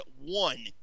one